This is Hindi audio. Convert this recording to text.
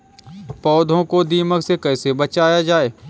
पौधों को दीमक से कैसे बचाया जाय?